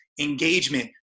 engagement